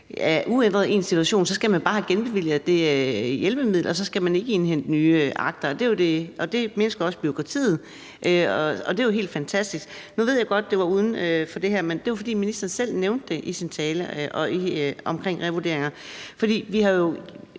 er uændret, sådan set bare have genbevilget det hjælpemiddel, og så skal der ikke indhentes nye akter, og det mindsker også bureaukratiet, og det er jo helt fantastisk. Nu ved jeg godt, at det var uden for det her emne, men det var, fordi ministeren selv nævnte det med revurderinger i sin tale.